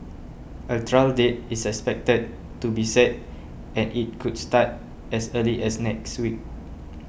a trial date is expected to be set and it could start as early as next week